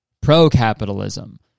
pro-capitalism